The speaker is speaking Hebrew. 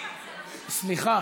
סליחה